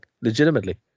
legitimately